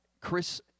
Chris